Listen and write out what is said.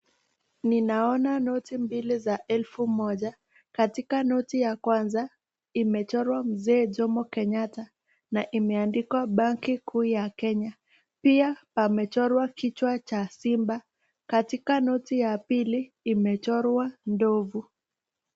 Ninaona noti mbili za elfu moja. Katika noti ya kwanza, imechorwa Mzee Jomo Kenyatta na imeandikwa Benki Kuu ya Kenya. Pia pamechorwa kichwa cha simba. Katika noti ya pili, imechorwa ndovu.